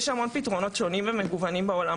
יש המון פתרונות שונים ומגוונים בעולם,